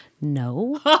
No